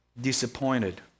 disappointed